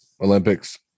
Olympics